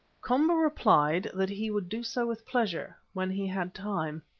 komba replied that he would do so with pleasure when he had time.